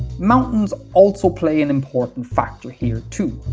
mountains also play an important factor here too.